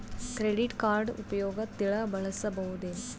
Credit card ಉಪಯೋಗ ತಿಳಸಬಹುದೇನು?